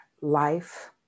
life